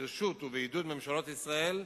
ברשות ובעידוד ממשלות ישראל,